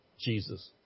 Jesus